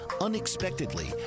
unexpectedly